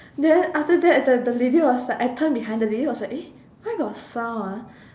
then after that the the lady was like I turned behind the lady was like eh why got sound ah